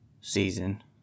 season